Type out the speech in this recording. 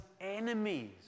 enemies